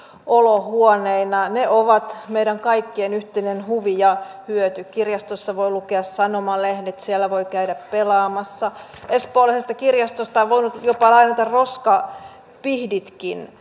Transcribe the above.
olohuoneena ne ovat meidän kaikkien yhteinen huvi ja hyöty kirjastossa voi lukea sanomalehdet siellä voi käydä pelaamassa espoolaisesta kirjastosta on voinut jopa lainata roskapihdit